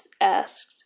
asked